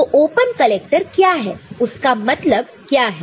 तो open collector क्या है उसका मतलब क्या है